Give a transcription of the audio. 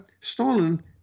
Stalin